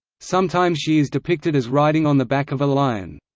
sometimes she is depicted as riding on the back of a lion.